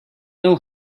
know